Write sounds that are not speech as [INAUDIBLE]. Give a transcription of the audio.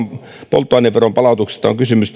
polttoaineveron palautuksista tiloille on kysymys [UNINTELLIGIBLE]